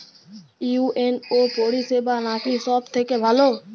UNO পরিসেবা নাকি সব থেকে ভালো?